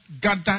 gather